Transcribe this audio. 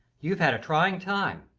you've had a trying time.